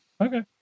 Okay